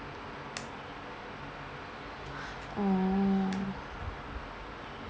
oo